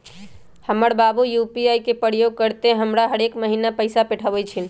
हमर बाबू यू.पी.आई के प्रयोग करइते हमरा हरेक महिन्ना पैइसा पेठबइ छिन्ह